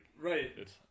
Right